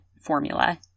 formula